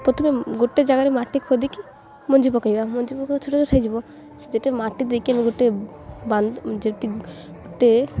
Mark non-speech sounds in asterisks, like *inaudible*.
ପ୍ରଥମେ ଗୋଟେ ଜାଗାରେ ମାଟି ଖୋଧିକି ମଞ୍ଜି ପକାଇବା ମଞ୍ଜି ପକେଇ ଛୋଟ ଛୋଟ ହେଇଯିବ ସେ ଯେଟେ ମାଟି ଦେଇକି ଆମେ ଗୋଟେ *unintelligible* ଯେ ଗୋଟେ